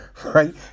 Right